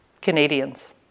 Canadians